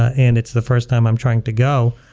ah and it's the first time i'm trying to go,